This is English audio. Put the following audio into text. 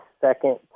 second